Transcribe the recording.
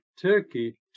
Turkey